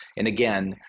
and again,